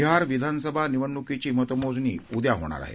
बिहार विधानसभा निवडणुकीची मतमोजणी उद्या होणार आहे